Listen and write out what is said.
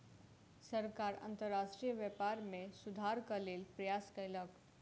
सरकार अंतर्राष्ट्रीय व्यापार में सुधारक लेल प्रयास कयलक